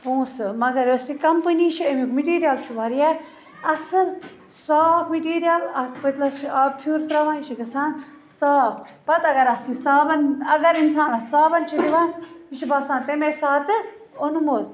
پونٛسہٕ مگر یۄس یہِ کمپٔنی چھِ اَمیُک مِٹیٖریَل چھُ واریاہ اَصٕل صاف مِٹیٖریَل اَتھ پٔتلَس چھُ آبہٕ پھیُر ترٛاوان یہِ چھُ گَژھان صاف پتہٕ اگر اَتھ یہِ صابن اَگر اِنسان اَتھ صابن چھُ دِوان یہِ چھُ باسان تَمے ساتہٕ اوٚنمُت